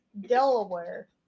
Delaware